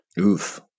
Oof